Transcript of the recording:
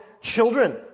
children